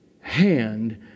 hand